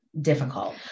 Difficult